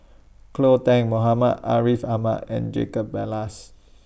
Cleo Thang Muhammad Ariff Ahmad and Jacob Ballas